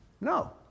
No